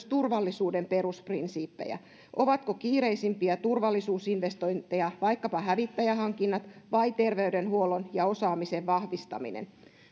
turvallisuuden perusprinsiippejä ovatko kiireisimpiä turvallisuusinvestointeja vaikkapa hävittäjähankinnat vai terveydenhuollon ja osaamisen vahvistaminen